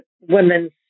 women's